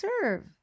serve